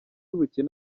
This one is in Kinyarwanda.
ubukene